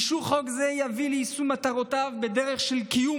אישור חוק זה יביא ליישום מטרותיו בדרך של קיום